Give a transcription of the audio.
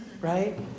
right